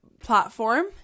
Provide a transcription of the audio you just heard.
platform